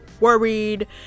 worried